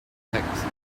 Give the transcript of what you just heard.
attacks